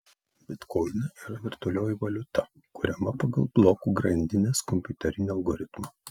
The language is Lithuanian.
bitkoinai yra virtualioji valiuta kuriama pagal blokų grandinės kompiuterinį algoritmą